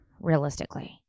realistically